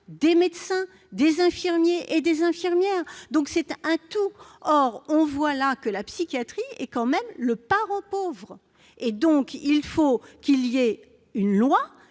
des médecins, des infirmiers et des infirmières. C'est un tout ! On voit là que la psychiatrie est quand même le parent pauvre de la médecine. Il faut une loi